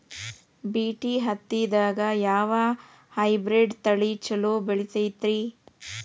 BT ಹತ್ತಿದಾಗ ಯಾವ hybrid ತಳಿ ಛಲೋ ಬೆಳಿತೈತಿ?